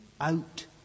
out